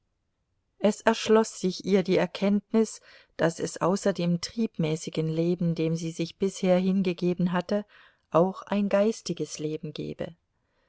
es erschloß sich ihr die erkenntnis daß es außer dem triebmäßigen leben dem sie sich bisher hingegeben hatte auch ein geistiges leben gebe